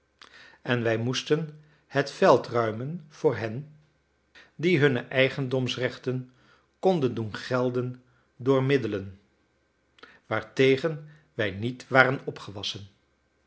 en wij moesten het veld ruimen voor hen die hunne eigendomsrechten konden doen gelden door middelen waartegen wij niet waren opgewassen